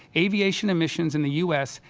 aviation emissions in the u s.